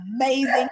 amazing